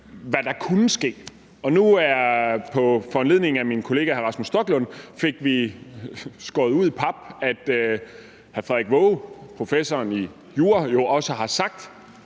hvad der kunne ske. Nu fik vi på foranledning af min kollega, hr. Rasmus Stoklund, skåret ud i pap, at Frederik Waage, professor i jura, har sagt,